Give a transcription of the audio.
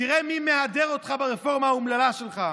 תראה מי מהדר אותך ברפורמה האומללה שלך.